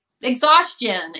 exhaustion